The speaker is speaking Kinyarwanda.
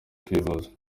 kwivuza